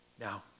Now